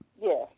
Yes